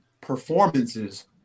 performances